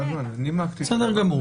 נימקתי כבר.